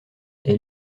est